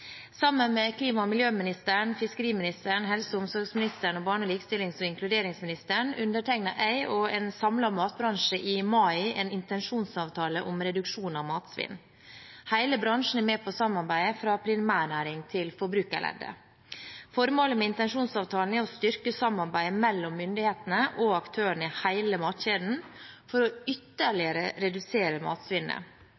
Sammen med klima- og miljøministeren, fiskeriministeren, helse- og omsorgsministeren og barne-, likestillings- og inkluderingsministeren undertegnet jeg og en samlet matbransje i mai en intensjonsavtale om reduksjon av matsvinn. Hele bransjen er med på samarbeidet, fra primærnæring til forbrukerleddet. Formålet med intensjonsavtalen er å styrke samarbeidet mellom myndighetene og aktørene i hele matkjeden, for ytterligere å redusere matsvinnet.